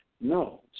no